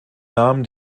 namen